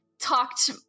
talked